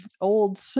old